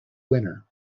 winner